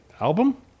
Album